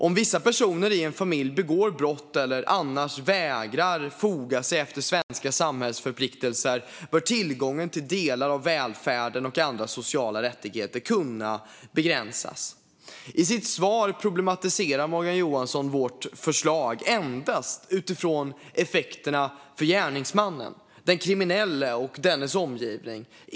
Om vissa personer i en familj begår brott eller i övrigt vägrar foga sig efter svenska samhällsförpliktelser bör tillgången till delar av välfärden och andra sociala rättigheter kunna begränsas. I sitt svar problematiserar Morgan Johansson vårt förslag endast utifrån effekterna för gärningsmannen, den kriminelle och dennes omgivning.